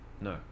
No